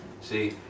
See